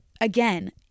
again